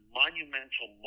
monumental